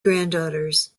granddaughters